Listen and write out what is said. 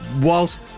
Whilst